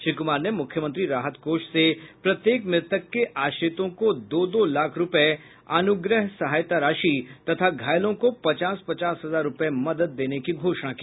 श्री कुमार ने मुख्यमंत्री राहत कोष से प्रत्येक मृतक के आश्रितों को दो दो लाख रुपये अनुग्रह सहायता राशि तथा घायलों को पचास पचास हजार रूपये मदद देने की घोषणा की